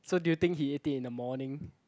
so do you think he ate it in the morning